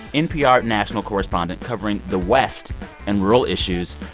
npr national correspondent covering the west and rural issues.